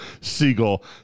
Siegel